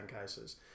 cases